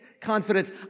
confidence